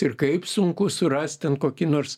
ir kaip sunku surast ten kokį nors